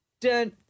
dun